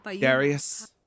Darius